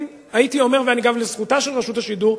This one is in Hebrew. הייתי אומר גם לזכותה של רשות השידור,